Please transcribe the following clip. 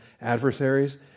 adversaries